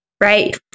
right